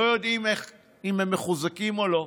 לא יודעים אם הם מחוזקים או לא.